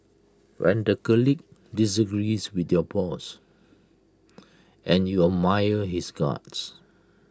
when the colleague disagrees with your boss and you admire his guts